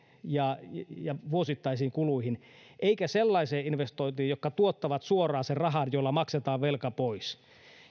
ja ja vuosittaisiin kuluihin eikä sellaisiin investointeihin jotka tuottavat suoraan sen rahan jolla maksetaan velka pois